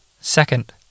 Second